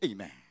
Amen